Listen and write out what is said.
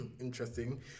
interesting